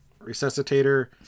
resuscitator